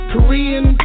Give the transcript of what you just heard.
Korean